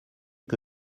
que